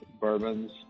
bourbons